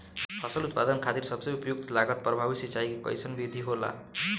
फसल उत्पादन खातिर सबसे उपयुक्त लागत प्रभावी सिंचाई के कइसन विधि होला?